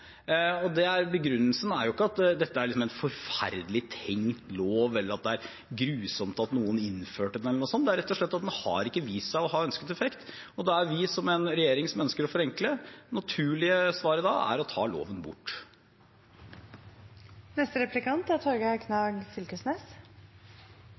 Begrunnelsen er ikke at dette er en forferdelig, tenkt lov, eller at det er grusomt at noen innførte den, eller noe sånt. Det er rett og slett at den ikke har vist seg å ha ønsket effekt. Og da er, for oss som er en regjering som ønsker å forenkle, det naturlige svaret å ta loven bort. Det er jo fylkeskommunane som har forvalta denne lova. Når ein da ser på høyringssvara, er